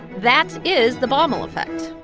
that is the baumol effect